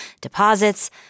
deposits